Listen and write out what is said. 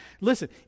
Listen